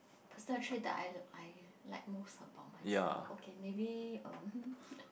personal trait that I I like most about myself okay maybe um